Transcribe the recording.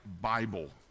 Bible